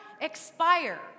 expire